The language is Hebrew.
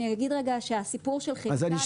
אני אגיד רגע שהסיפור של כימיקלים